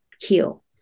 heal